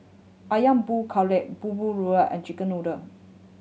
Ayam Buah Keluak bahulu and chicken noodle